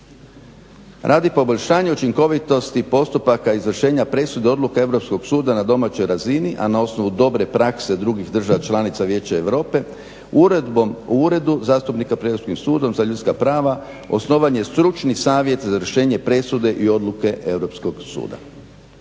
radi poboljšanja učinkovitosti postupaka izvršenja presuda odluke Europskog suda na domaćoj razini, a na osnovu dobre prakse drugih država članica i vijeća Europe, Uredbom o uredu zastupnika pred Europskim sudom za ljudska prava osnovan je stručni savjet za izvršenje presude i odluke Europskog suda.